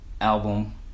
album